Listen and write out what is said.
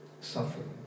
suffering